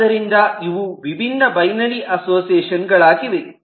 ಆದ್ದರಿಂದ ಇವು ವಿಭಿನ್ನ ಬೈನರಿ ಅಸೋಸಿಯೇಷನ್ ಗಳಾಗಿವೆ